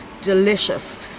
delicious